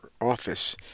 office